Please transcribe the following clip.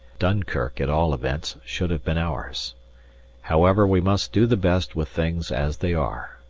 dunkirk, at all events, should have been ours however, we must do the best with things as they are,